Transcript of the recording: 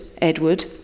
Edward